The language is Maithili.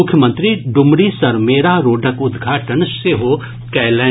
मुख्यमंत्री डुमरी सरमेरा रोडक उद्घाटन सेहो कयलनि